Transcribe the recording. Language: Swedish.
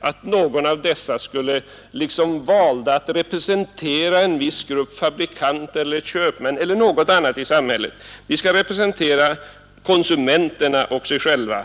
att någon av dessa valts för att representera en viss grupp, fabrikanter, köpmän eller någon annan grupp i samhället. De skall representera konsumenterna och sig själva.